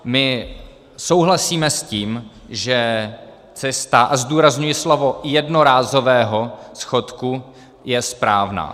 My souhlasíme s tím, že cesta a zdůrazňuji slovo jednorázového schodku je správná.